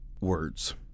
words